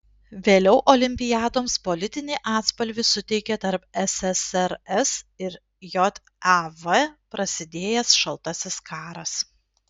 vėliau olimpiadoms politinį atspalvį suteikė tarp ssrs ir jav prasidėjęs šaltasis karas